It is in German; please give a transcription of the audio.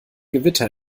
gewitter